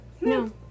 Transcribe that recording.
No